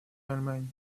allemagne